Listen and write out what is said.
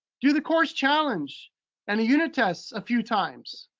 do the course challenge and the unit tests a few times.